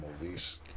movies